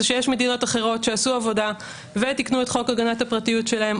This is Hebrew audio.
זה שיש מדינות אחרות שעשו עבודה ותיקנו את חוק הגנת הפרטיות שלהם,